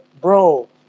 bro